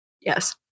Yes